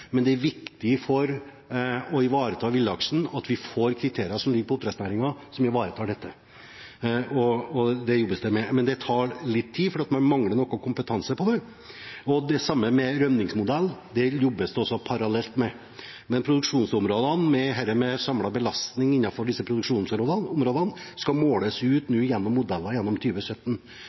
men det er viktig for å ivareta villaksen at vi får kriterier for oppdrettsnæringen som ivaretar dette, og det jobbes det med. Men det tar litt tid, for vi mangler noe kompetanse på det. Det samme med rømningsmodell, det jobbes det også med, parallelt. Samlet belastning innenfor produksjonsområdene skal måles gjennom modeller